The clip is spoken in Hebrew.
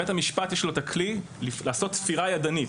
לבית המשפט יש את הכלי לעשות ספירה ידנית,